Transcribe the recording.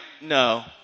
No